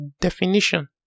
definition